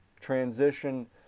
transition